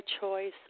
choice